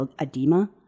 edema